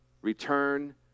Return